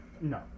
No